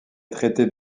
traités